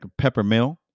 Peppermill